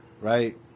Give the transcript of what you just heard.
Right